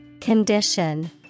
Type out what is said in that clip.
condition